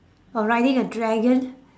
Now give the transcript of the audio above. or riding a dragon